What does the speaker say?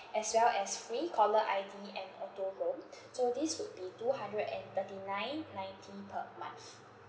as well as free caller I_D and auto roam so this would be two hundred and thirty nine ninety per month